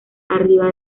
arriba